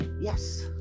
yes